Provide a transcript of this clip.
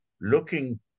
looking